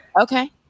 Okay